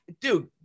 dude